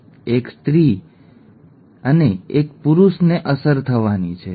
એક સ્ત્રી અને એક પુરુષને અસર થવાની છે ઠીક છે